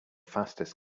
fastest